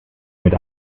mit